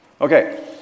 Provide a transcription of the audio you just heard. Okay